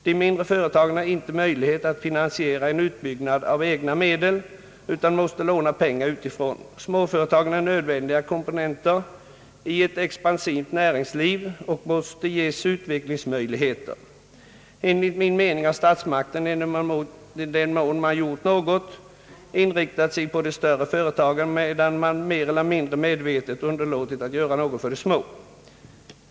De mindre företagen har inte möjligheter att finansiera en utbyggnad med egna medel utan måste låna pengar utifrån. Småföretagen är nödvändiga komponenter i ett expansivt näringsliv och måste ges utvecklingsmöjligheter. Enligt min mening har statsmakterna, i den mån de gjort något, inriktat sig på de större företagen, medan man mer eller mindre medvetet underlåtit att göra något för de små.